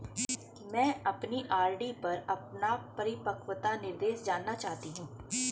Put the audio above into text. मैं अपनी आर.डी पर अपना परिपक्वता निर्देश जानना चाहती हूँ